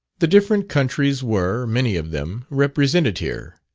the different countries were, many of them, represented here.